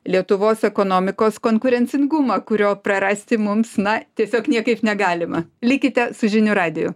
lietuvos ekonomikos konkurencingumą kurio prarasti mums na tiesiog niekaip negalima likite su žinių radiju